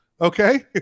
okay